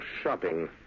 shopping